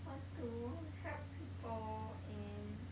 want to help people in